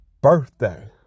birthday